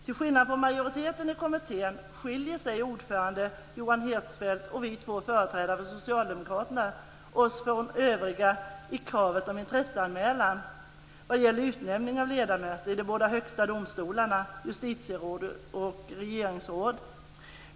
Till skillnad från majoriteten i kommittén skiljer sig ordföranden Johan Hirschfeldt och vi två företrädare för Socialdemokraterna oss från övriga i kravet om intresseanmälan vad gäller utnämning av ledamöter i de båda högsta domstolarna, justitieråd och regeringsråd.